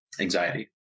anxiety